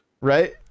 Right